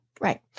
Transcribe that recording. right